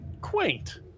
quaint